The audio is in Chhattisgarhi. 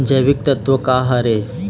जैविकतत्व का हर ए?